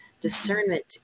discernment